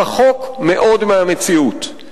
זה רחוק מאוד מהמציאות.